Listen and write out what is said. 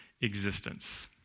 existence